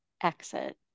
exit